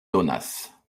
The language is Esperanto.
donas